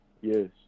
yes